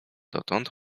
dotąd